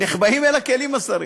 נחבאים אל הכלים, השרים.